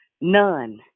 None